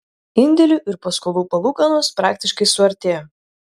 indėlių ir paskolų palūkanos praktiškai suartėjo